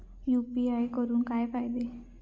UPI करून काय फायदो?